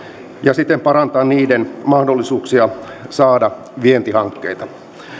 ja siten parantaa niiden mahdollisuuksia saada vientihankkeita